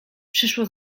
przyszło